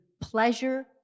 pleasure